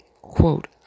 quote